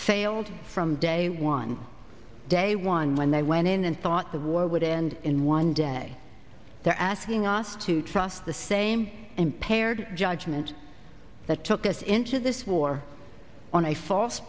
failed from day one day one when they went in and thought the war would end in one day they're asking us to trust the same impaired judgment that took us into this war on a false